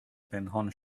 پنهان